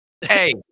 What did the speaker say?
hey